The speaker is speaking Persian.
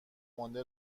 مانده